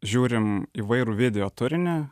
žiūrim įvairų video turinį